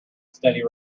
steady